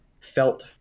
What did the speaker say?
felt